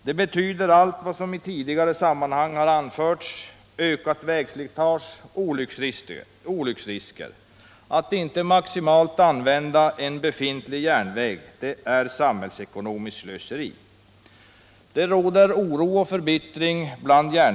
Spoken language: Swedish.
Det betyder allt vad som i tidigare sammanhang har anförts: ökat vägslitage och olycksrisker. Att inte maximalt använda en befintlig järnväg är samhällsekonomiskt slöseri. Bland järnvägsmännen råder oro och förbittring.